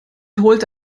holte